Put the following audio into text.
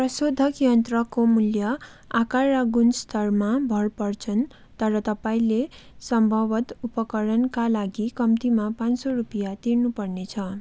प्रशोधक यन्त्रको मूल्य आकार र गुणस्तरमा भर पर्छन् तर तपाईंले सम्भवतः उपकरणका लागि कम्तीमा पाँच सय रुपियाँ तिर्नुपर्नेछ